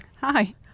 Hi